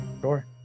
Sure